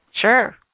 Sure